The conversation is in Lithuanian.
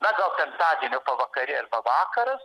na gal penktadienio pavakarė arba vakaras